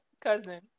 cousin